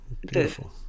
beautiful